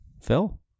Phil